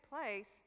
place